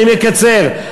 אני מקצר,